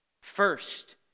First